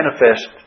manifest